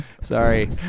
Sorry